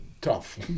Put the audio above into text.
tough